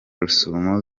rusumo